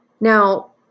Now